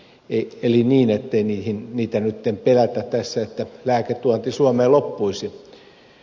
eli ei nyt pelätä että lääketuonti suomeen loppuisi